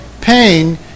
pain